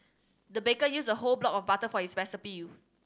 the baker used a whole block of butter for his recipe